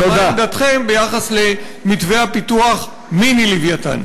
ומה עמדתכם ביחס למתווה הפיתוח "מיני לווייתן"?